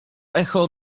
echo